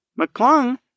McClung